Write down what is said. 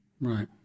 right